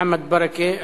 מוחמד ברכה,